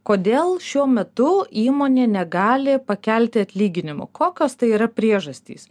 kodėl šiuo metu įmonė negali pakelti atlyginimo kokios tai yra priežastys